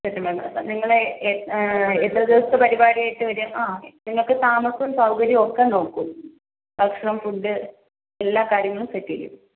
settlement അപ്പോൾ നിങ്ങൾ എത്ര ദിവസത്തെ പരിപാടിയായിട്ട് വരും ആ നിങ്ങൾക്ക് താമസവും സൗകര്യവും ഒക്കെ നോക്കും ഭക്ഷണം ഫുഡ്ഡ് എല്ലാ കാര്യങ്ങളും സെറ്റ് ചെയ്യും